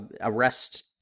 arrest